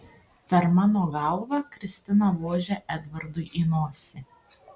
per mano galvą kristina vožia edvardui į nosį